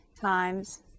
times